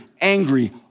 angry